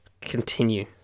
continue